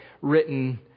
written